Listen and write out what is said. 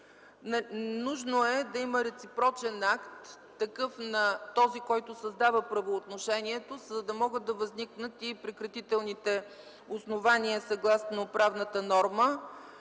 Нужно е да има реципрочен акт на този, който създава правоотношението, за да могат да възникнат и прекратителните основания съгласно правната норма,